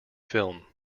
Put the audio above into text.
film